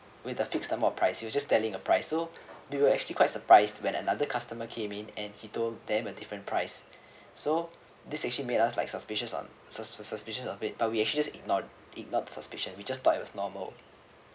with a fixed number of price he was just telling a price so you will actually quite surprised when another customer came in and he told them a different price so this actually made us like suspicious on suspicious of it but we actually just ignored ignored suspicion we just thought it was normal